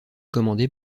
commandées